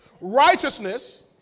righteousness